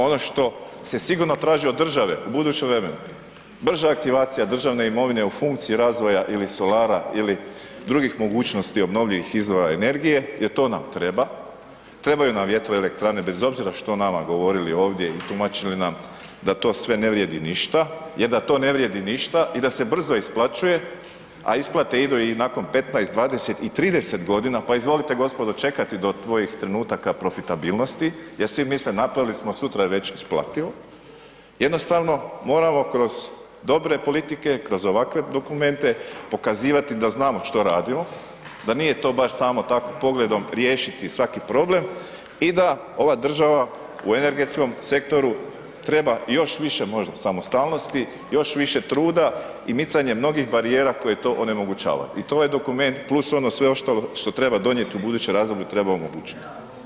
Ono što se sigurno traži od države u budućem vremenu, brža aktivacija državne imovine u funkciji razvoja ili solara ili drugih mogućnosti obnovljivih izvora energije jer to nam treba, trebaju nam vjetroelektrane bez obzira što o nama govorili ovdje i tumačili nam da to sve ne vrijedi ništa jer da to ne vrijedi ništa i da se brzo isplaćuje, a isplate idu i nakon 15, 20 i 30.g., pa izvolite gospodo čekati do tvojih trenutaka profitabilnosti jer svi misle napravili smo sutra je već isplativo, jednostavno moramo kroz dobre politike, kroz ovakve dokumente pokazivati da znamo što radimo, da nije to baš samo tako pogledom riješiti svaki problem i da ova država u energetskom sektoru treba još više možda samostalnosti, još više truda i micanja mnogih barijera koje to onemogućavaju i to ovaj dokument plus ono sve ostalo što treba donijeti u budućem razdoblju treba omogućiti.